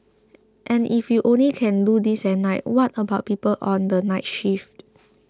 and if you only can do this at night what about people on the night shift